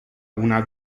una